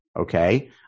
okay